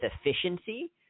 efficiency